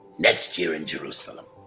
next year in jerusalem.